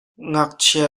ngakchia